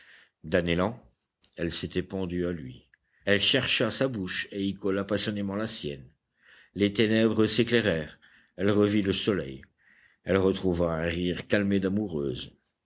d'un élan elle s'était pendue à lui elle chercha sa bouche et y colla passionnément la sienne les ténèbres s'éclairèrent elle revit le soleil elle retrouva un rire calmé d'amoureuse